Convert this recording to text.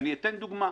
ואני אתן דוגמה.